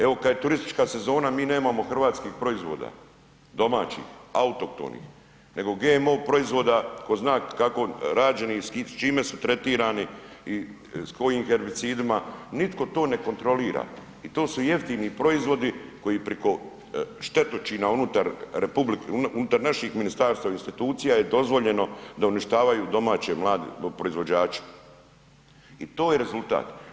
Evo kad je turistička sezona mi nemamo hrvatskih proizvoda, domaćih, a autohtonih nego GMO proizvoda ko zna kako rađenih i s čime su tretirani i s koji herbicidima, nitko to ne kontrolira i to su jeftini proizvodi koji preko štetočina unutar naših ministarstava i institucija je dozvoljeno da uništavaju domaće mlade proizvođače i to je rezultat.